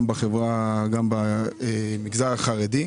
גם במגזר החרדי.